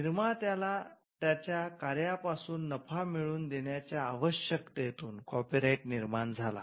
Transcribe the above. निर्मात्याला त्यांच्या कार्यापासून नफा मिळवून देण्याच्या आवश्यकतेतून कॉपीराइटनिर्माण झाला